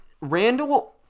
randall